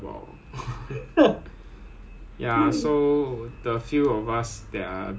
then sud~ if they don't know how to do they can only approve mah correct or not so so they approve to our commands lor